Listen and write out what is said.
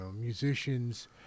musicians